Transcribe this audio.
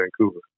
vancouver